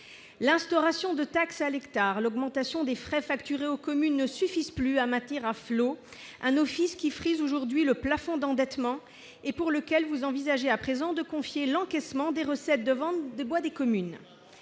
L'instauration de taxes à l'hectare, l'augmentation des frais facturés aux communes ne suffisent plus à maintenir à flot un office qui frise le plafond d'endettement et auquel vous envisagez à présent de confier l'encaissement des recettes des ventes de bois des communes.